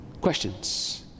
Questions